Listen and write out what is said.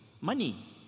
money